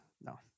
No